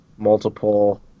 multiple